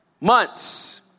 months